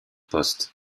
poste